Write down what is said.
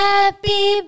Happy